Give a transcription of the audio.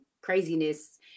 craziness